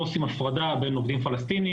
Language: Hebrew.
לא עושים הפרדה בין עובדים פלסטיניים